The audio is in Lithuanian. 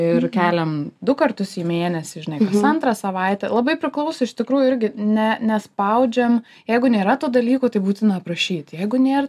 ir keliam du kartus į mėnesį žinai kas antrą savaitę labai priklauso iš tikrųjų irgi ne nespaudžiam jeigu nėra to dalyko tai būtina aprašyt jeigu nėr